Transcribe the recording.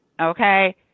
Okay